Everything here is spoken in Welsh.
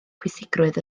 pwysigrwydd